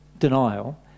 denial